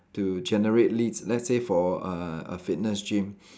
to generate leads let's say for a a fitness gym